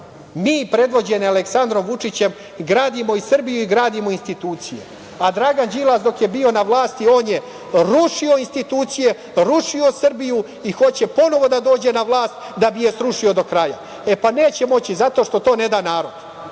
Mi predvođeni Aleksandrom Vučićem gradimo i Srbiju, gradimo i institucije, a Dragan Đilas, dok je bio na vlasti, je rušio institucije, rušio Srbiju i hoće ponovo da dođe na vlast da bi je srušio do kraja. Neće moći zato što to ne da narod.